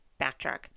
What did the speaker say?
backtrack